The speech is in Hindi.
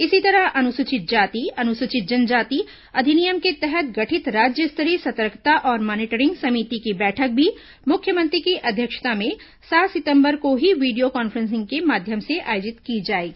इसी तरह अनुसूचित जाति अनुसूचित जनजाति अधिनियम के तहत गठित राज्य स्तरीय सतर्कता और मॉनिटरिंग समिति की बैठक भी मुख्यमंत्री की अध्यक्षता में सात सितंबर को ही वीडियो कॉन्फ्रेसिंग के माध्यम से आयोजित की जाएगी